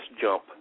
jump